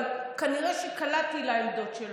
אבל כנראה שקלעתי לעמדות שלו.